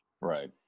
Right